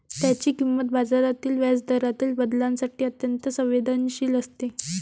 त्याची किंमत बाजारातील व्याजदरातील बदलांसाठी अत्यंत संवेदनशील आहे